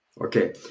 Okay